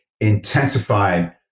intensified